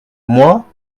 moi